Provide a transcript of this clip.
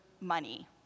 money